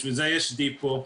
בשביל זה יש דיפו.